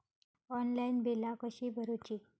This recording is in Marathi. ऑनलाइन बिला कशी भरूची?